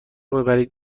ببرید